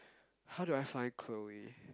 how do I find Chloe